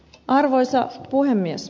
arvoisa puhemies